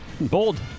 Bold